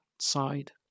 side